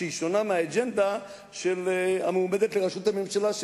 שהיא שונה מהאג'נדה של המועמדת לראשות הממשלה,